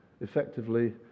Effectively